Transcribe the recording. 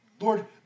Lord